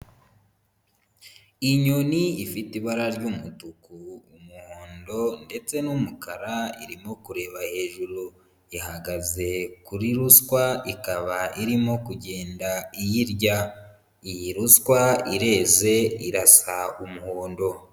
Inyoni ifite ibara ry'umutuku, umuhondo ndetse n'umukara, irimo kureba hejuru. Ihagaze kuri ruswa ikaba irimo kugenda iyirya. Iyi ruswa irenze irasa umuhondo.